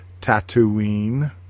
Tatooine